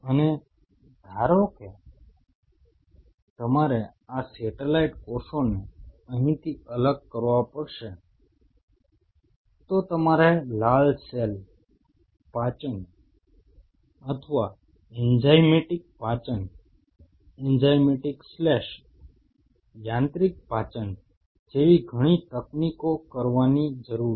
અને ધારો કે તમારે આ સેટેલાઈટ કોષોને અહીંથી અલગ કરવા પડશે તો તમારે લાલ સેલ પાચન અથવા એન્ઝાઇમેટિક પાચન એન્ઝાઇમેટિક સ્લેશ યાંત્રિક પાચન જેવી ઘણી તકનીકો કરવાની જરૂર છે